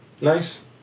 nice